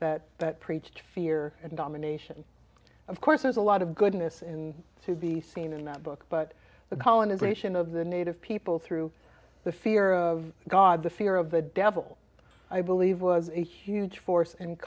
that preached fear and domination of course there's a lot of goodness in to be seen in that book but the colonization of the native people through the fear of god the fear of the devil i believe was a huge force